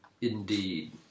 indeed